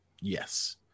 Yes